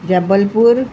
Jabalpur